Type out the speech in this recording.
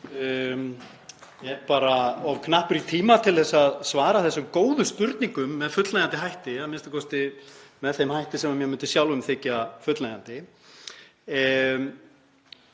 bara of knappur í tíma til að svara þessum góðu spurningum með fullnægjandi hætti, a.m.k. með þeim hætti sem mér myndi sjálfum þykja fullnægjandi.